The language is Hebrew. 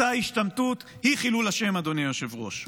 אותה השתמטות היא חילול השם, אדוני היושב-ראש.